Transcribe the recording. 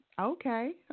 Okay